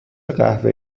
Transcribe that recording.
قهوه